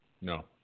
No